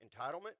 Entitlement